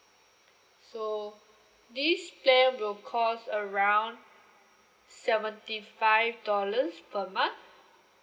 so this plan will cost around seventy five dollars per month